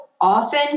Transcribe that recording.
often